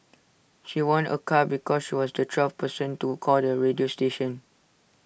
she won A car because she was the twelfth person to call the radio station